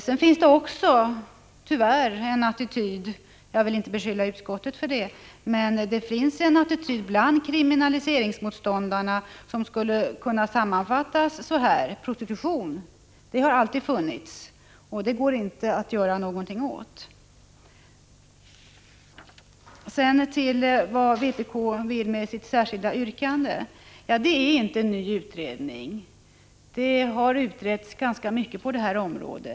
Sedan finns det också en attityd bland kriminaliseringsmotståndarna — jag vill inte beskylla utskottet för det — som skulle kunna sammanfattas så här: Prostitution har alltid funnits, och det går inte att göra någonting åt den. Sedan till frågan vad vpk vill med sitt särskilda yrkande. Det gäller inte en ny utredning, eftersom det redan har utretts ganska mycket på detta område.